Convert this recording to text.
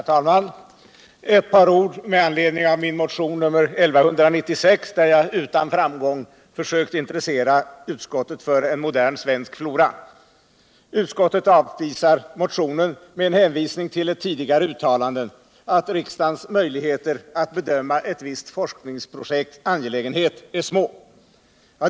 Herr talman! Ett par ord med anledning av min motion 1196, där jag utan framgång försökt intressera utskottet för en modern svensk flora. Utskottet avspisar motionen med hänvisning till ett tidigare uttalande att riksdagens möjligheter att bedöma ett visst forskningsprojekts angelägenhet är små.